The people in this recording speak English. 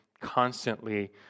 constantly